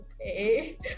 okay